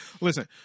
Listen